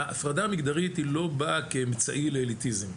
ההפרדה המגדרית לא באה כאמצעי לאליטיזם.